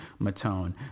Matone